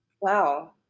Wow